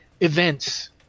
events